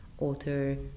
author